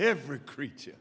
every creature